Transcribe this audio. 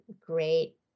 great